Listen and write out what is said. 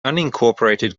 unincorporated